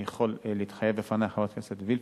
אני יכול להתחייב בפנייך, חברת הכנסת וילף,